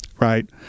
right